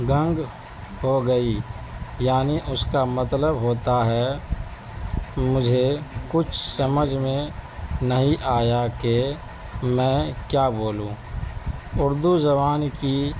گُنگ ہو گئی یعنی اس کا مطلب ہوتا ہے مجھے کچھ سمجھ میں نہیں آیا کہ میں کیا بولوں اردو زبان کی